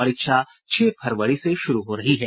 परीक्षा छह फरवरी से शुरू हो रही है